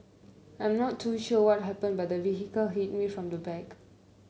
I am not too sure happened but the vehicle hit me from the back